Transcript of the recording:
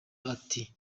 ati